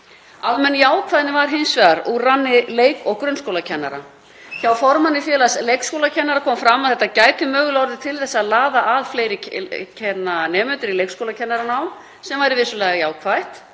Almenn jákvæðni var hins vegar úr ranni leik- og grunnskólakennara. Hjá formanni Félags leikskólakennara kom fram að þetta gæti mögulega orðið til þess að laða fleiri nemendur í leikskólakennaranám, sem væri vissulega jákvætt,